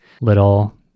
little